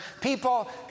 People